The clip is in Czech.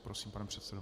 Prosím, pane předsedo.